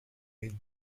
mid